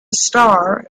star